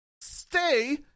Stay